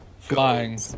Flying